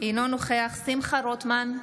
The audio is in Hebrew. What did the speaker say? אינו נוכח שמחה רוטמן,